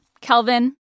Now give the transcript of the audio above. Kelvin